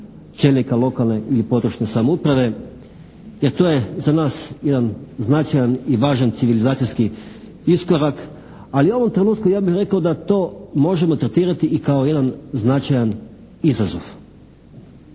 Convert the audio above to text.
čelnika lokalne i područne samouprave jer to je za nas jedan značajan i važan civilizacijski iskorak, ali ja u ovom trenutku, ja bih rekao da to možemo tretirati i kao jedan značajan izazov.